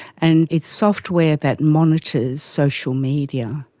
and it's software that monitors social media,